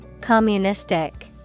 Communistic